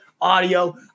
audio